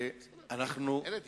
אלה דיבורים.